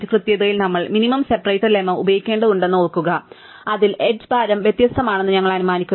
കൃത്യതയിൽ നമ്മൾ minimum separator lemma ഉപയോഗിക്കേണ്ടതുണ്ടെന്ന് ഓർക്കുക അതിൽ എഡ്ജ് ഭാരം വ്യത്യസ്തമാണെന്ന് ഞങ്ങൾ അനുമാനിക്കുന്നു